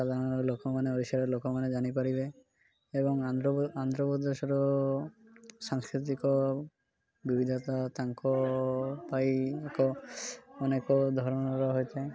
ସାଧାରଣ ଲୋକମାନେ ଓଡ଼ିଶାର ଲୋକମାନେ ଜାଣିପାରିବେ ଏବଂ ଆନ୍ଧ୍ରପ୍ରଦେଶର ସାଂସ୍କୃତିକ ବିବିଧତା ତାଙ୍କ ପାଇଁ ଏକ ଅନେକ ଧରଣର ହୋଇଥାଏ